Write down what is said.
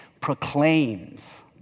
proclaims